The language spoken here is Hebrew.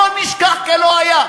הכול נשכח כלא היה.